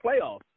playoffs